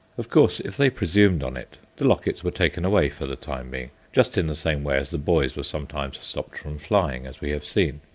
of course, if they presumed on it, the lockets were taken away for the time being just in the same way as the boys were sometimes stopped from flying, as we have seen.